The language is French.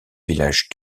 village